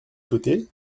souhaitez